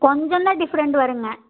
கொஞ்சம் தான் டிஃப்ரெண்ட் வருங்க